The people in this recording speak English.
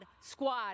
squad